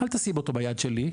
אל תשים אותו ביד שלי,